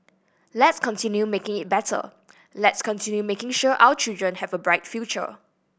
let's continue making it better let's continue making sure our children have a bright future